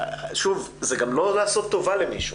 שוב, זה גם לא לעשות טובה למישהו,